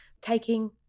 taking